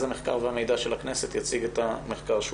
המחקר והמידע של הכנסת יציג את המחקר שהוא